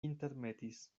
intermetis